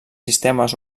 sistemes